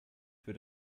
für